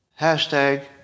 Hashtag